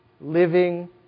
living